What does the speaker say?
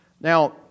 Now